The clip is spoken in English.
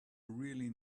really